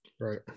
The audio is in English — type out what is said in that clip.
Right